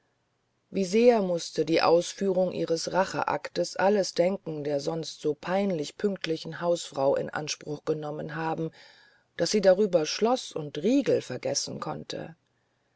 wie sehr mußte die ausführung ihres racheaktes alles denken der sonst so peinlich pünktlichen hausfrau in anspruch genommen haben daß sie darüber schloß und riegel vergessen konnte